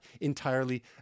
entirely